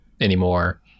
anymore